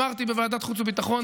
אמרתי בוועדת חוץ וביטחון,